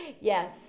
yes